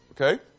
Okay